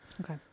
okay